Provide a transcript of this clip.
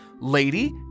Lady